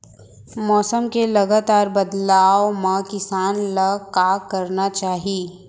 मौसम के लगातार बदलाव मा किसान ला का करना चाही?